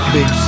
Big